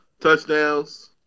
Touchdowns